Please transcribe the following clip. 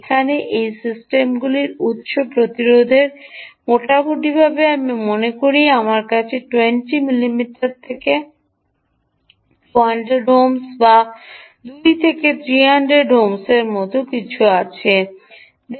এখানে এই সিস্টেমগুলির উত্স প্রতিরোধের মোটামুটিভাবে আমি মনে করি আমাকে 200 মিমি থেকে 200 ওহম বা 2 থেকে 300 ওহমের মতো কিছু থেকে আসে